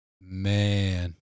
man